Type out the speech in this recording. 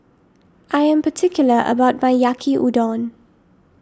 I am particular about my Yaki Udon